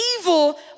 Evil